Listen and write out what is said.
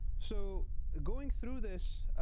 so going through this